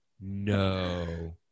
No